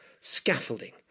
Scaffolding